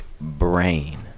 brain